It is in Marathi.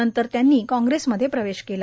नंतर त्यांनी काँग्रेसमध्ये प्रवेश केला